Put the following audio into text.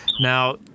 Now